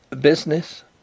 Business